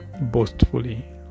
boastfully